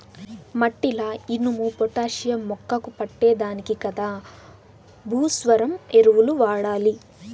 మట్టిల ఇనుము, పొటాషియం మొక్కకు పట్టే దానికి కదా భాస్వరం ఎరువులు వాడాలి